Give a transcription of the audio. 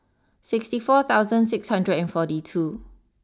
sixty four thousand six hundred and forty two